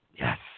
Yes